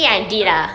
you did ah